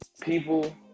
people